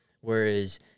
Whereas